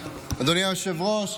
אדוני היושב-ראש,